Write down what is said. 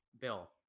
Bill